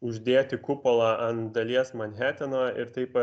uždėti kupolą ant dalies manheteno ir taip